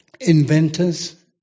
inventors